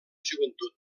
joventut